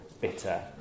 bitter